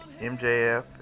MJF